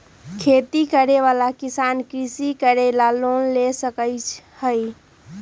खेती करे वाला किसान कृषि करे ला लोन ले सका हई